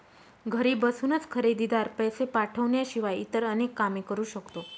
घरी बसूनच खरेदीदार, पैसे पाठवण्याशिवाय इतर अनेक काम करू शकतो